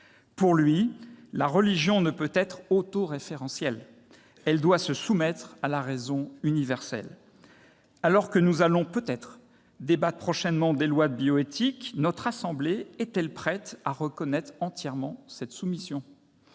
Pour lui, la religion ne peut être autoréférentielle. Elle doit se soumettre à la raison universelle. Alors que nous allons peut-être débattre prochainement des lois de bioéthique, notre assemblée est-elle prête à reconnaître entièrement cette soumission ?